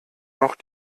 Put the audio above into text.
noch